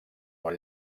molt